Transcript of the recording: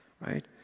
right